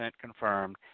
confirmed